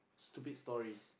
stupid stories